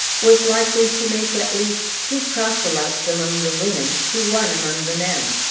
was likely to make at least two proselytes among the women to one among the men.